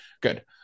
good